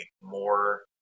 more